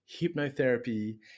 hypnotherapy